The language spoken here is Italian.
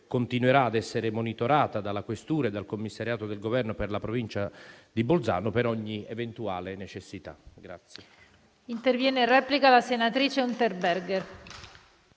continuerà ad essere monitorata dalla questura e dal commissariato del Governo per la Provincia di Bolzano per ogni eventuale necessità.